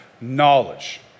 knowledge